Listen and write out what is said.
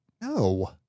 No